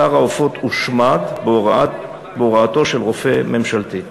בשר העופות הושמד בהוראתו של רופא ממשלתי.